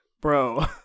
bro